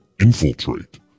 infiltrate